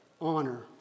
honor